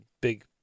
big